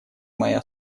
моя